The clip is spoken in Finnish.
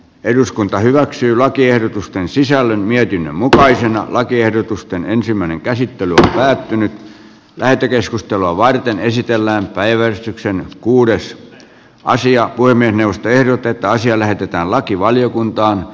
eduskunta hyväksyy lakiehdotusten sisällön mietinnön mukaisena lakiehdotusten ensimmäinen käsittely päättynyt lähetekeskustelua varten esitellään päiväystyksen kuudes karsia voimien puhemiesneuvosto ehdottaa että asia lähetetään lakivaliokuntaan